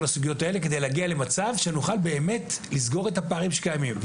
הסוגיות הללו כדי להגיע למצב שנוכל באמת לסגור את הפערים שקיימים.